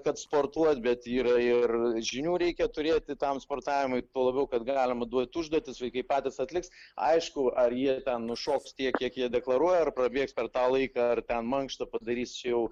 kad sportuoti bet yra ir žinių reikia turėti tam sportavimui tuo labiau kad galime duoti užduotis vaikai patys atliks aišku ar jie ten nušoks tiek kiek jie deklaruoja ir prabėgs per tą laiką ar ten mankštą padarys jau